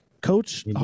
Coach